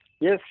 Yes